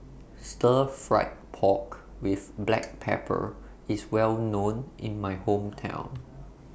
Stir Fried Pork with Black Pepper IS Well known in My Hometown